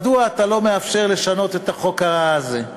מדוע אתה לא מאפשר לשנות את החוק הזה?